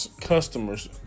Customers